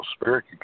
spirit